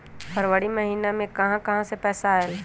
फरवरी महिना मे कहा कहा से पैसा आएल?